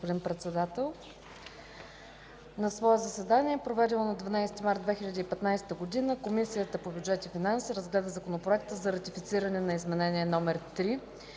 Благодаря, господин председател. „На свое заседание, проведено на 12 март 2015 г., Комисията по бюджет и финанси разгледа Законопроекта за ратифициране на Изменение № 3